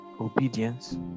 obedience